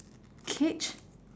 cage